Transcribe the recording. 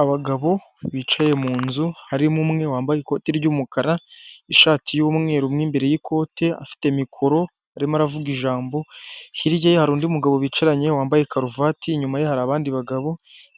Abagabo bicaye mu nzu, harimo umwe wambaye ikoti ry'umukara, ishati y'umweru mo imbere y'ikote, afite mikoro arimo aravuga ijambo, hirya ye hari undi mugabo bicaranye wambaye karuvati, inyuma ye hari abandi bagabo,